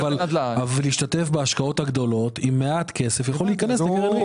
אבל להשתתף בהשקעות הגדולות עם מעט כסף יכול להיכנס לקרן ריט.